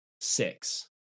six